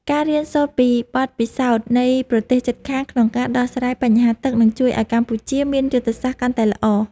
ការរៀនសូត្រពីបទពិសោធន៍នៃប្រទេសជិតខាងក្នុងការដោះស្រាយបញ្ហាទឹកនឹងជួយឱ្យកម្ពុជាមានយុទ្ធសាស្ត្រកាន់តែល្អ។